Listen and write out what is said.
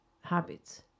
habits